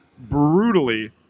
brutally